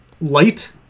Light